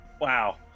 Wow